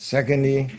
Secondly